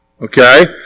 okay